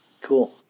Cool